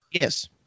Yes